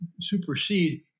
supersede